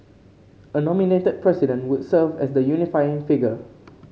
a nominated President would serve as the unifying figure